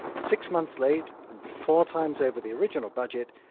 six months late and four times over the original budget,